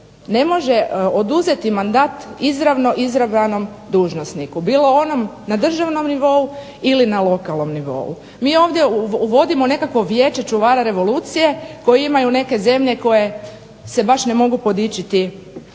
ne može oduzeti mandat izravno izabranom dužnosniku. Bilo onom na državnom nivou ili na lokalnom nivou. Mi ovdje uvodimo nekakvo Vijeće čuvara revolucije koji imaju neke zemlje koje se baš ne mogu podičiti